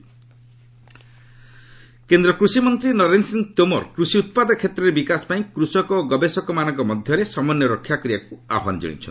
Tomar agriculture କେନ୍ଦ୍ର କୃଷିମନ୍ତ୍ରୀ ନରେନ୍ଦ୍ର ସିଂହ ତୋମାର କୃଷି ଉତ୍ପାଦ କ୍ଷେତ୍ରରେ ବିକାଶ ପାଇଁ କୃଷକ ଓ ଗବେଷକ ମାନଙ୍କ ମଧ୍ୟରେ ସମନ୍ୱୟ ରକ୍ଷା କରିବାକୁ ଆହ୍ୱାନ ଜଶାଇଛନ୍ତି